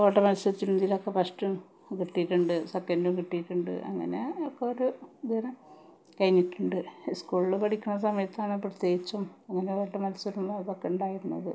ഓട്ടമത്സരിച്ച് രീതിയിലൊക്കെ ഫസ്റ്റും കിട്ടിയിട്ടുണ്ട് സെക്കൻഡും കിട്ടിയിട്ടുണ്ട് അങ്ങനെയൊക്കെ ഒരു ഇതിന് കഴിഞ്ഞിട്ടുണ്ട് സ്കൂളിൽ പഠിക്കുന്ന സമയത്താണ് പ്രത്യേകിച്ചും അന്നേരമാണ് ഓട്ട മത്സരം ഇതൊക്കെ ഉണ്ടായിരുന്നത്